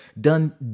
done